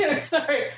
sorry